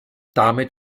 damit